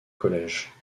college